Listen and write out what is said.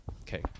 Okay